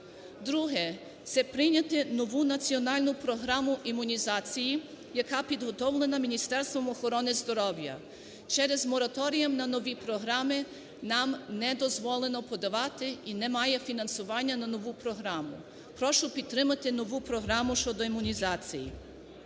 Друге – це прийняти нову національну програму імунізації, яка підготовлена Міністерством охорони здоров'я. Через мораторій на нові програми нам не дозволено подавати і немає фінансування на нову програму. Прошу підтримати нову програму щодо імунізації.